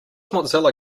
mozilla